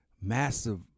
Massive